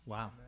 Wow